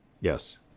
Yes